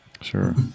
Sure